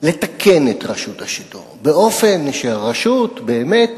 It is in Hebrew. לתקן את רשות השידור באופן שהרשות באמת